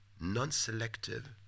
non-selective